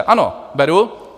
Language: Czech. Ano, beru.